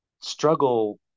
struggle